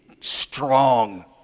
strong